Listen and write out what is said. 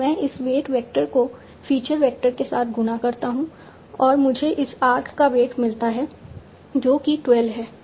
तो मैं इस वेट वेक्टर को फीचर वेक्टर के साथ गुना करता हूं और मुझे इस आर्क का वेट मिलता है जो कि 12 है